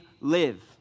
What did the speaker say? live